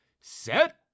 set